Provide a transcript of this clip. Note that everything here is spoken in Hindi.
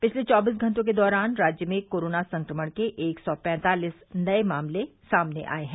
पिछले चौबीस घंटे के दौरान राज्य में कोरोना संक्रमण के एक सौ पैंतालिस नये मामले सामने आये हैं